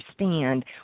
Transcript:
understand